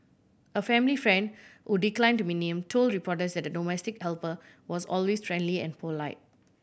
a family friend who declined to be named told reporters that the domestic helper was always friendly and polite